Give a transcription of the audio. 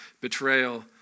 betrayal